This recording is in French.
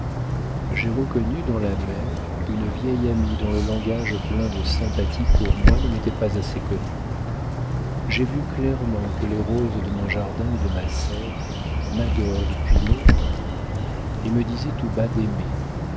j'ai reconnu dans la mer une vieille amie dont le langage plein de sympathies pour moi ne m'était pas assez connu j'ai vu clairement que les roses de mon jardin et de ma serre m'adorent depuis longtemps et me disaient tout bas d'aimer